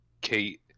Kate